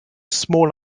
small